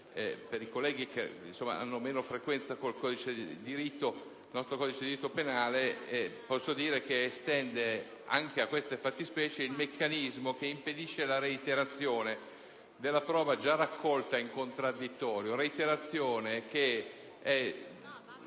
per i colleghi che hanno un meno dimestichezza con il nostro codice di diritto penale posso dire che il comma estende anche a queste fattispecie il meccanismo che impedisce la reiterazione della prova già raccolta in contraddittorio,